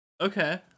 Okay